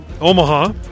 Omaha